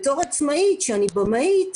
בתור עצמאית, שאני במאית,